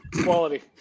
Quality